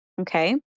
okay